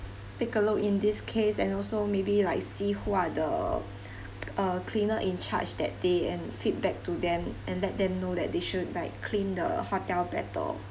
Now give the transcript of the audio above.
take a look in this case and also maybe like see who are the uh cleaner in charge that day and feedback to them and let them know that they should like clean the hotel better